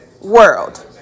world